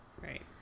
Right